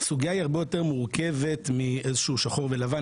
הסוגיה היא הרבה יותר מורכבת מאיזה שהוא שחור ולבן,